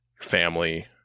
family